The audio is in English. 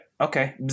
Okay